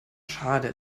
schade